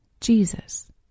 Jesus